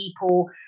people